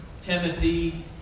Timothy